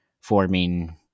forming